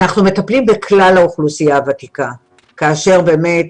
אנחנו מטפלים בכלל האוכלוסייה הוותיקה כאשר באמת